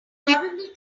probably